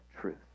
truth